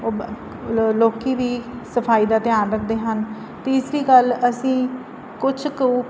ਲੋਕੀ ਵੀ ਸਫਾਈ ਦਾ ਧਿਆਨ ਰੱਖਦੇ ਹਨ ਤੀਸਰੀ ਗੱਲ ਅਸੀਂ ਕੁਝ ਕੁ